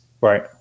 Right